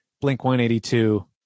Blink-182